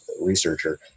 researcher